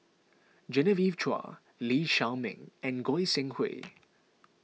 Genevieve Chua Lee Shao Meng and Goi Seng Hui